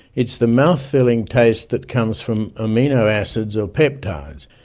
it's the mouth-filling taste that comes from amino acids or peptides.